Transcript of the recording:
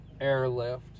airlift